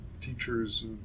teachers